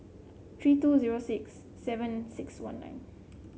three two zero six seven six one nine